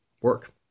work